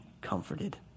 comforted